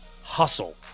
Hustle